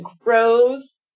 grows